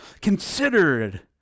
considered